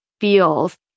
feels